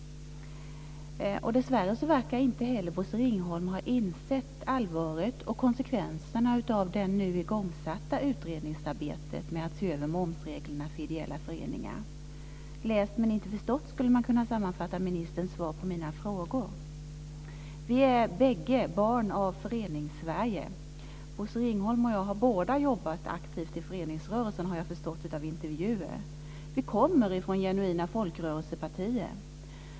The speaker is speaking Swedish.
Dessvärre verkar inte heller Bosse Ringholm ha insett allvaret och konsekvenserna av det nu igångsatta utredningsarbetet med att se över momsreglerna för ideella föreningar. Läst men inte förstått skulle man kunna sammanfatta ministerns svar på mina frågor. Vi är bägge barn av Föreningssverige. Bosse Ringholm och jag har båda jobbat aktivt i föreningsrörelsen har jag förstått av intervjuer. Vi kommer från genuina folkrörelsepartier.